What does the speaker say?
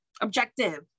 objective